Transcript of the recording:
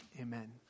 Amen